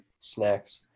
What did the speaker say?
snacks